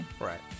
right